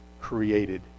Created